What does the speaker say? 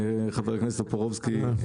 חבר הכנסת טופורובסקי,